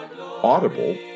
Audible